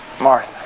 Martha